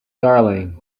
darling